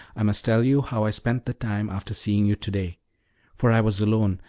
i must tell you how i spent the time after seeing you to-day for i was alone,